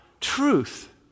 Truth